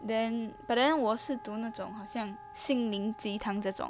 then but then 我是读那种好像心灵鸡汤这种